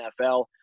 NFL